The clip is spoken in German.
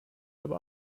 aber